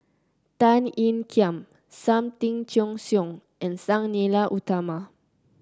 Tan Ean Kiam Sam Tan Chin Siong and Sang Nila Utama